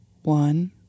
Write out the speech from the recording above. one